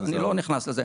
אני לא נכנס לזה.